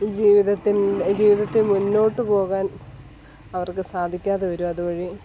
ജീവിതത്തെ ജീവിതത്തിൽ മുന്നോട്ട് പോകാൻ അവർക്ക് സാധിക്കാതെ വരും അതുവഴി